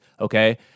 okay